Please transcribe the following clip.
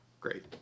great